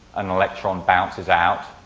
an electron bounces out.